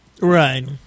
Right